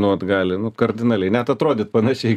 kainuot gali nu kardinaliai net atrodyt panašiai